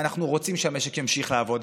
אנחנו רוצים שהמשק ימשיך לעבוד,